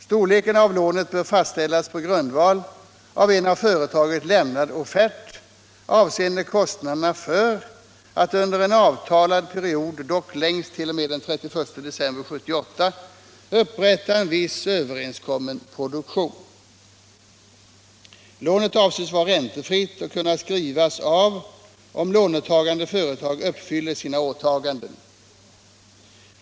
Storleken på lånet bör fastställas Försörjningsberedpå grundval av en av företaget lämnad offert avseende kostnaderna för skapen på skoomatt under en avtalad period, dock längst t.o.m. den 31 december 1978, — rådet upprätta en viss överenskommen produktion. Lånet avses vara räntefritt och kunna skrivas av om lånetagande företag uppfyller sina åtaganden.